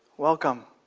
welcome!